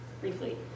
briefly